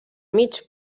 mig